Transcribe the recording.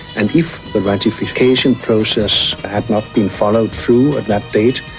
and if the ratification process had not been followed through at that date,